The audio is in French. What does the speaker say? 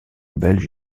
belge